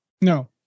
No